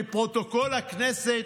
מפרוטוקול הכנסת,